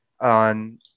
on